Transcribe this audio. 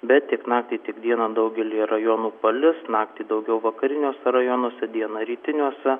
bet tiek naktį tiek dieną daugelyje rajonų palis naktį daugiau vakariniuose rajonuose dieną rytiniuose